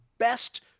Best